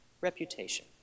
Reputation